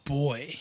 boy